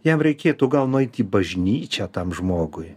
jam reikėtų gal nueit į bažnyčią tam žmogui